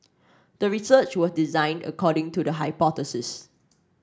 the research was designed according to the hypothesis